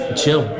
chill